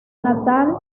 natal